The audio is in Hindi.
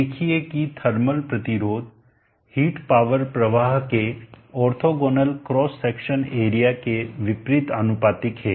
देखिए कि थर्मल प्रतिरोध हिट पावर प्रवाह के ऑर्थोगोनल क्रॉस सेक्शन एरिया के विपरीत आनुपातिक है